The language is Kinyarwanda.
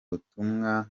butumwa